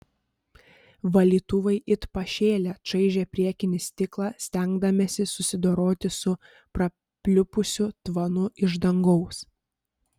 valytuvai it pašėlę čaižė priekinį stiklą stengdamiesi susidoroti su prapliupusiu tvanu iš dangaus